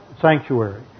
sanctuary